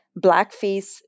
blackface